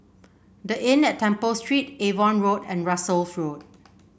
The Inn at Temple Street Avon Road and Russels Road